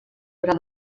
gra